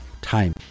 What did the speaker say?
Time